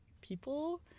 people